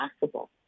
possible